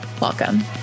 welcome